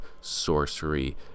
sorcery